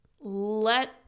Let